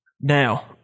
Now